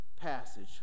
passage